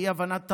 מאי-הבנת התרבות.